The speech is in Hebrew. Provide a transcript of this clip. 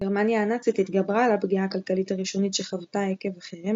גרמניה הנאצית התגברה על הפגיעה הכלכלית הראשונית שחוותה עקב החרם,